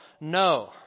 No